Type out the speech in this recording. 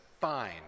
fine